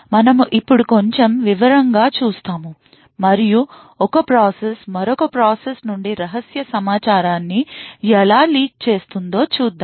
మనం ఇప్పుడు కొంచెం వివరంగా చూస్తాము మరియు ఒక ప్రాసెస్ మరొక ప్రాసెస్ నుండి రహస్య సమాచారాన్ని ఎలా లీక్ చేస్తుందో చూద్దాం